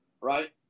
right